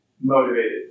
motivated